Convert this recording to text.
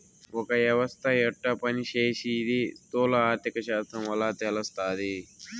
ఒక యవస్త యెట్ట పని సేసీది స్థూల ఆర్థిక శాస్త్రం వల్ల తెలస్తాది